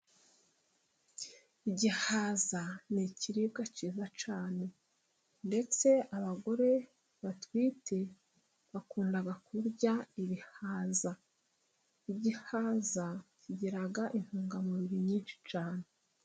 Igihaza ni ikiribwa cyiza cyane, ndetse abagore batwite bakunda kurya ibihaza. Igihaza, kigira intungamubiri nyinshi cyane.